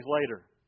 later